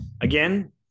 Again